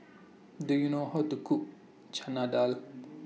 Do YOU know How to Cook Chana Dal